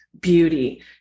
beauty